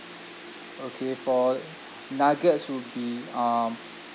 okay for nuggets would be um